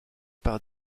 par